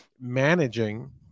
managing